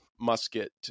musket